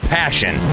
passion